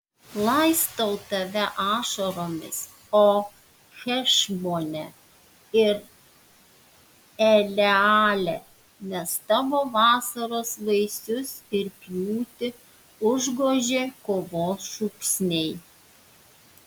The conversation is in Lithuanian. laistau tave ašaromis o hešbone ir eleale nes tavo vasaros vaisius ir pjūtį užgožė kovos šūksniai